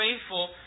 faithful